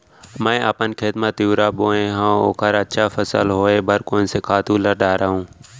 मैं अपन खेत मा तिंवरा बोये हव ओखर अच्छा फसल होये बर कोन से खातू ला डारव?